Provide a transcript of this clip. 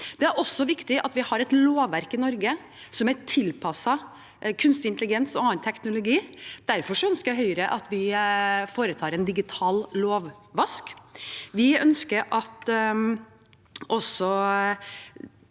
Det er også viktig at vi har et lovverk i Norge som er tilpasset kunstig intelligens og annen teknologi. Derfor ønsker Høyre at vi foretar en digital lovvask. Vi ønsker at vi også